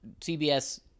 CBS